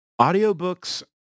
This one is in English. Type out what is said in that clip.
audiobooks